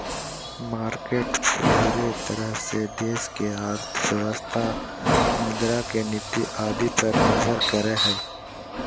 market पूरे तरह से देश की अर्थव्यवस्था मुद्रा के नीति आदि पर निर्भर करो हइ